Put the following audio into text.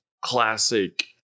classic